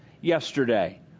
yesterday